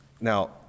Now